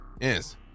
Yes